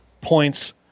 points